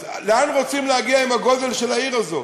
אז לאן רוצים להגיע עם הגודל של העיר הזאת?